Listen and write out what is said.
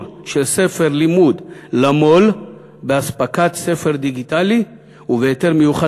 של ספר לימוד למו"ל באספקת ספר דיגיטלי ובהיתר מיוחד